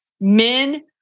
Men